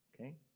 okay